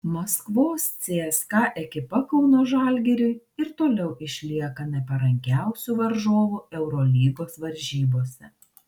maskvos cska ekipa kauno žalgiriui ir toliau išlieka neparankiausiu varžovu eurolygos varžybose